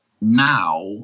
now